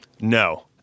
no